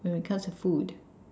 when it comes to food